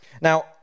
Now